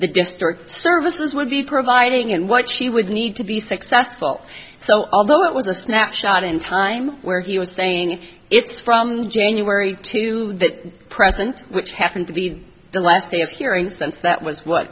the district services would be providing and what she would need to be successful so although it was a snapshot in time where he was saying if it's from january to that present which happened to be the last day of hearings that's that was what